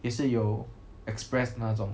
也是有 express 那种